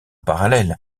parallèle